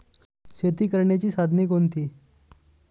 शेती करण्याची साधने कोणती?